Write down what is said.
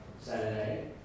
Saturday